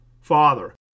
Father